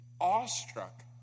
awestruck